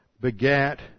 begat